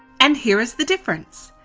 and here is the difference.